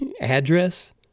Address